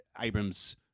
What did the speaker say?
Abrams